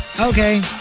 okay